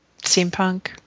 steampunk